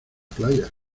playa